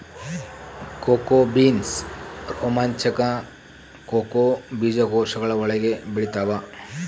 cocoa beans ರೋಮಾಂಚಕ cocoa ಬೀಜಕೋಶಗಳ ಒಳಗೆ ಬೆಳೆತ್ತವ